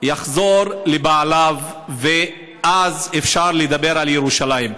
יחזור לבעליו, ואז אפשר לדבר על ירושלים.